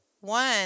One